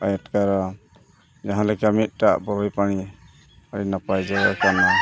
ᱟᱴᱠᱟᱨᱟ ᱡᱟᱦᱟᱸ ᱞᱮᱠᱟ ᱢᱤᱫᱴᱟᱜ ᱟᱹᱰᱤ ᱱᱟᱯᱟᱭ ᱡᱟᱭᱜᱟ ᱠᱟᱱᱟ